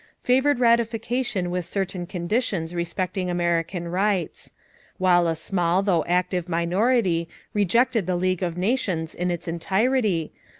favored ratification with certain conditions respecting american rights while a small though active minority rejected the league of nations in its entirety,